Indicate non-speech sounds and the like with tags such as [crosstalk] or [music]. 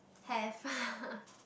have [laughs]